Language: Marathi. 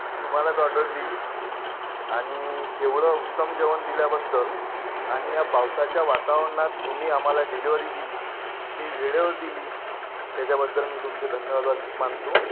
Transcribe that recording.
तुम्हालाच ऑर्डर देईल आणि एवढं उत्तम जेवण दिल्याबद्दल आणि या पावसाच्या वातावरणात तुम्ही आम्हाला डिलेवरी दिली ती वेळेवर दिली त्याच्याबद्दल मी तुमचे धन्यवाद वा मानतो